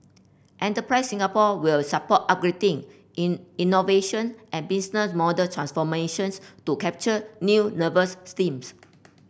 enterprise Singapore will support upgrading in innovation and business model transformations to capture new nervous steams